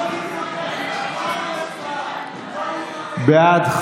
צבי האוזר וג'ידא רינאוי זועבי לסגנים